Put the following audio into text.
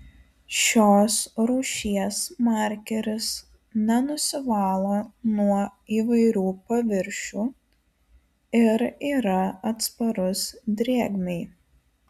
šios rūšies markeris nenusivalo nuo įvairių paviršių ir yra atsparus drėgmei